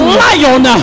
lion